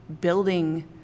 building